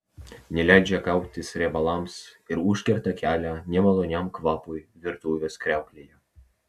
neleidžia kauptis riebalams ir užkerta kelią nemaloniam kvapui virtuvės kriauklėje